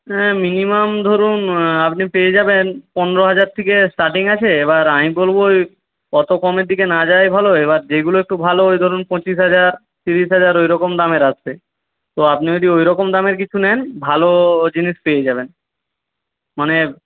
minimum ধরুন আপনি পেয়ে যাবেন পনেরো হাজার থেকে স্টার্টিং আছে এবার আমি বলব ওই অত কমের দিকে না যাওয়াই ভালো এবার যেইগুলো একটু ভালো ওই ধরুন পঁচিশ হাজার তিরিশ হাজার ওইরকম দামের আছে তো আপনি যদি ওইরকম দামের কিছু নেন ভালো জিনিস পেয়ে যাবেন মানে